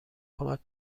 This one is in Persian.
کمک